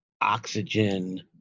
Oxygen